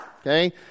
okay